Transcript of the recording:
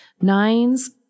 Nines